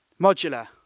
modular